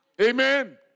Amen